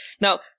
Now